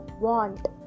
want